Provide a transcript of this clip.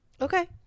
Okay